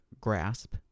grasp